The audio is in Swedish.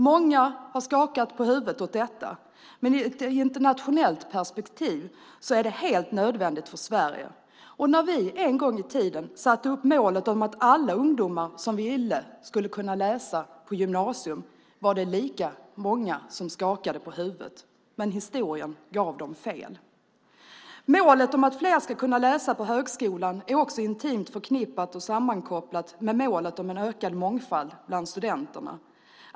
Många har skakat på huvudet åt detta, men i ett internationellt perspektiv är det helt nödvändigt för Sverige. När vi en gång i tiden satte upp målet att alla ungdomar som ville skulle kunna läsa på gymnasium var det lika många som skakade på huvudet, men historien gav dem fel. Målet att fler ska kunna läsa på högskolan är också intimt förknippat och sammankopplat med målet om en ökad mångfald bland studenterna.